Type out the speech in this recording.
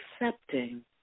accepting